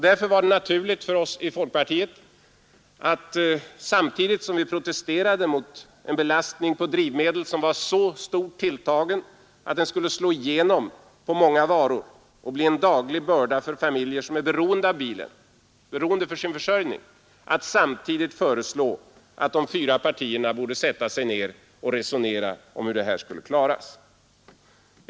Därför var det naturligt för oss i folkpartiet att samtidigt som vi protesterade mot den belastning på drivmedel, som var så stort tilltagen att den skulle slå igenom på många varor och bli en daglig börda för familjer som för sin försörjning är beroende av bilen, föreslå att de fyra partierna borde sätta sig ned och resonera om hur det här skulle klaras.